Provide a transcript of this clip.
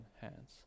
hands